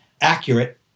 accurate